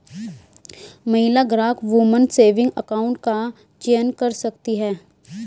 महिला ग्राहक woman saving account का चयन कर सकती है